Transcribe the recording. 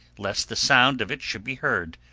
lest the sound of it should be heard,